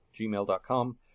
gmail.com